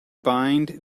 bind